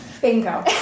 Bingo